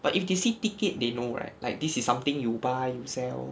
but if they see ticket they know right like this is something you buy you sell